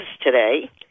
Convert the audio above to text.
today